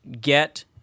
get